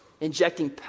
injecting